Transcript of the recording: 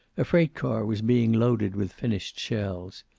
a freight car was being loaded with finished shells.